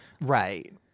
Right